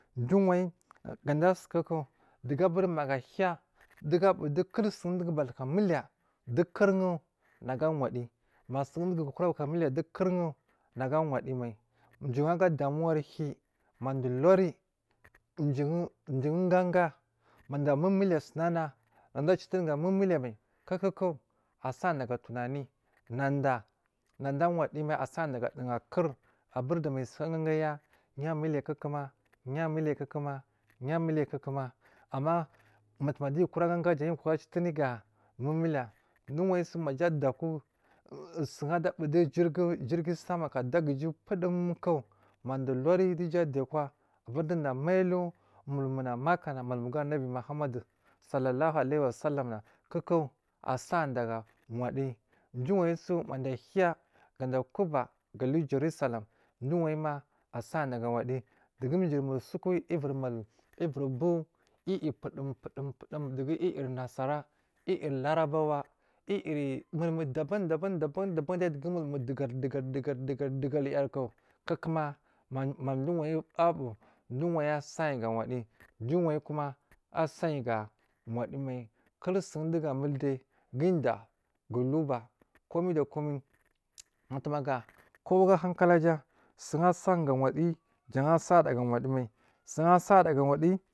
Jiwayi gada asukuku dugu aburi maga ahiya dugu abu kulsun dugu bataka miliya du kuriun nagu awadiyi masun dugu kora butuma miliya dowo kurwona gu a waddiyi mai jiyi a ga damuwar hiyyi manada wuri maduwoga ga manada amumuliya su nana hada acitiri ga muwomuli ya mai kuwokuku a sari daga tunanai nada nada a wadi mai asarida ga duhakur abur da mai suka gangaya yamumuliga kukuma yamuliya kukuma yamuli ya kukuma amma matuwoma diyyu kora ganga jan duyi ko ra batuma ciyitiri ga miliya dowo wayiso maja adagu sun ada buwo dowo jigir sama adagiju puwodum ku maja aluri dowo dowo ada akwa aburi dowodowo a mai alu mal mu ho makkana mulmugu anabbi muhammadu salalahu alaiyihi wasalama ana kuku a asarinda ga waddiyi jiyi wayiso mada ahiya ga mai alu jaru salam dowo wayi ma usari gawaddiyi dugu ciyiri mulsuku ivir mul ivir bu iyi pulum pulum dowogu iyi iyi nassara iyi iyi larabawa iyiri mul muri daban daban dugu mul mu dowogal dowogal yarku kuku kuku ma maduwayi aluri asariyi ga wadiyyi duwo wayina asariyi ga waddiyi mai kulsun dugu amul dai gudiya gu alu ba komai da komai matumaga kowa aga hankalaja suwon asori ga waddiyi jan a sarida ga waddiyi mai.